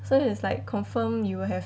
so is like confirm you will have